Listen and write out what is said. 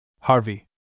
Harvey